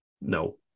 No